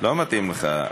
לא מתאים לך.